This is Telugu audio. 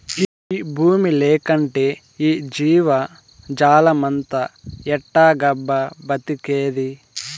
ఈ బూమి లేకంటే ఈ జీవజాలమంతా ఎట్టాగబ్బా బతికేది